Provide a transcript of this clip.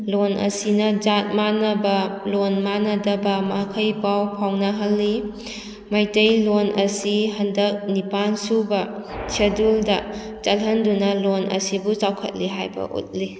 ꯂꯣꯟ ꯑꯁꯤꯅ ꯖꯥꯠ ꯃꯥꯟꯅꯕ ꯂꯣꯟ ꯃꯥꯟꯅꯗꯕ ꯃꯈꯩ ꯄꯥꯎ ꯐꯥꯎꯅꯍꯜꯂꯤ ꯃꯩꯇꯩꯂꯣꯟ ꯑꯁꯤ ꯍꯟꯗꯛ ꯅꯤꯄꯥꯜꯁꯨꯕ ꯁꯦꯗꯨꯜꯗ ꯆꯜꯍꯟꯗꯨꯅ ꯂꯣꯟ ꯑꯁꯤꯕꯨ ꯆꯥꯎꯈꯠꯂꯤ ꯍꯥꯏꯕ ꯎꯠꯂꯤ